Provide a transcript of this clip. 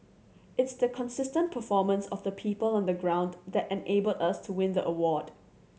it's the consistent performance of the people on the ground that enabled us to win the award